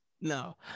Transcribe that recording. No